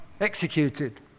executed